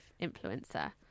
influencer